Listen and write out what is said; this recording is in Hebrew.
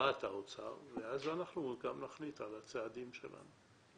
הודעת האוצר, ואז אנחנו גם נחליט על הצעדים שלנו.